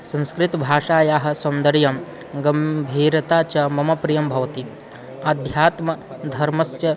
संस्कृतभाषायाः सौन्दर्यं गम्भीरता च मम प्रियं भवति अध्यात्मधर्मस्य